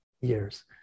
years